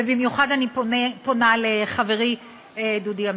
ובמיוחד אני פונה לחברי דודי אמסלם: